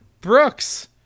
Brooks